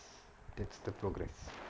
that's the progress